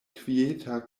kvieta